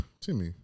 Timmy